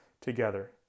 together